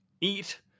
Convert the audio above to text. eat